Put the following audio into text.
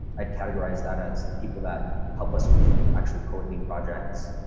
i'd categorize that as the people that help us with actual coding projects.